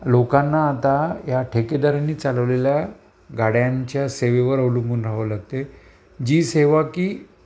लोकांना आता या ठेकेदाऱ्यानीचालवलेल्या गाड्यांच्या सेवेवर अवलंबून राहावं लागते जी सेवा की